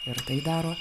ir tai daro